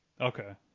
Okay